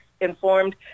informed